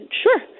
sure